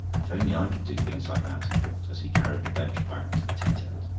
if only i could do things like that! he thought, as he carried the bench back to the tea-tent.